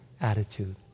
attitude